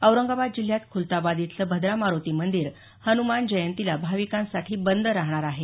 औरंगाबाद जिल्ह्यात खुलताबाद इथलं भद्रा मारुती मंदीर हनुमान जयंतीला भाविकांसाठी बंद राहणार आहे